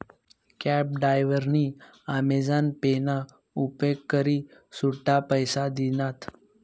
cab डायव्हरनी Amazon Pay ना उपेग करी सुट्टा पैसा दिनात